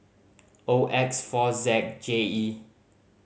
O X four Z J E